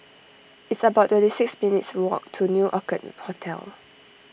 it's about twenty six minutes' walk to New Orchid Hotel